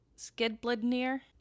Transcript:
Skidbladnir